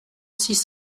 six